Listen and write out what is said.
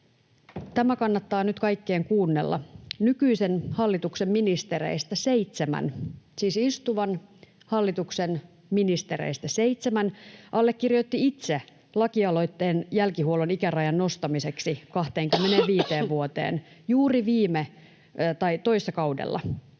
Tämä kannattaa nyt kaikkien kuunnella: nykyisen hallituksen ministereistä seitsemän — siis istuvan hallituksen ministereistä seitsemän — allekirjoitti itse lakialoitteen jälkihuollon ikärajan nostamiseksi 25 vuoteen juuri toissa kaudella.